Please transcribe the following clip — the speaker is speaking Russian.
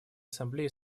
ассамблеи